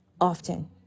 often